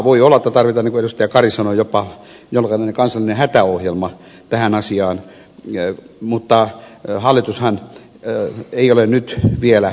voi olla että tarvitaan niin kuin edustaja kari sanoi jopa jonkinlainen kansallinen hätäohjelma tähän asiaan mutta hallitushan ei ole nyt vielä